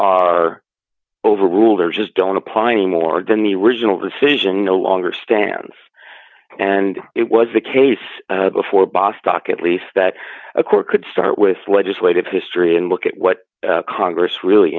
are overruled or just don't apply anymore then the original decision no longer stands and it was the case before boss talk at least that a court could start with legislative history and look at what congress really